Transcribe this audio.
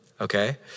okay